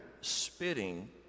spitting